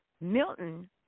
Milton